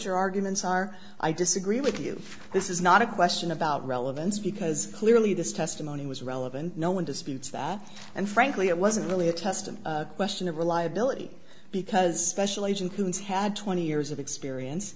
your arguments are i disagree with you this is not a question about relevance because clearly this testimony was relevant no one disputes that and frankly it wasn't really a test of question of reliability because russian agent who's had twenty years of experience